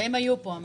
והם היו פה.